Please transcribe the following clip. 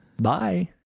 Bye